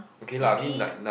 maybe